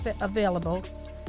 available